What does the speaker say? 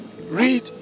read